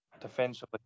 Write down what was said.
defensively